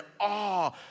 awe